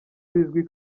bizwi